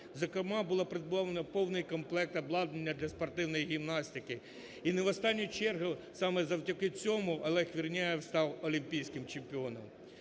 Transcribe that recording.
зокрема, було придбано повний комплект обладнання для спортивної гімнастики. І не в останню чергу, саме завдяки цьому, Олег Верняєв став олімпійським чемпіоном.